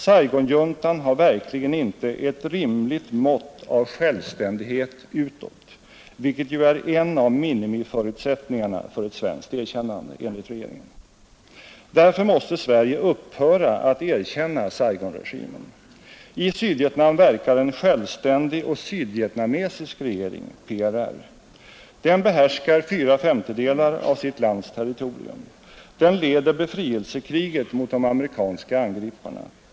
Saigonjuntan har verkligen inte ”ett rimligt mått av självständighet utåt”, vilket ju är en av minimiförutsättningarna för ett svenskt erkännande enligt regeringens tidigare deklarationer. Därför måste Sverige upphöra att erkänna Saigonregimen. I Sydvietnam verkar en självständig och sydvietnamesisk regering — PRR. Den behärskar fyra femtedelar av sitt lands territorium, Den leder befrielsekriget mot de amerikanska angriparna.